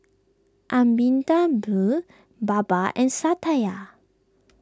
Amitabh Baba and Satya